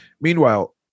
Meanwhile